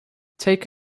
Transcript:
take